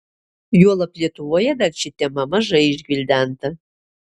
juolab lietuvoje dar ši tema mažai išgvildenta